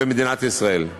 במדינת ישראל,